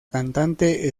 cantante